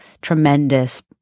tremendous